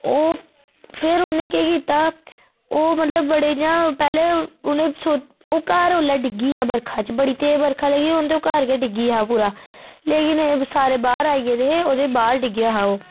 ओह् टैम पर उनें केह् कीता ओह् मतलब बड़े इयां पैहले उनें सोचेया ओह् घर ओल्ले डिग्गी गेआ बर्खा च् बड़ी तेज बर्खा लगी होन ते घर डिग्गी गेआ पूरा लेकिन सारे बाहर आई गेदे हे ओह्दे बाद डिग्गेआ हा ओह्